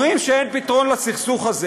אומרים שאין פתרון לסכסוך הזה.